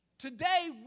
Today